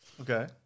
Okay